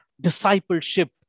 Discipleship